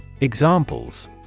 Examples